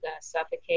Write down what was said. suffocate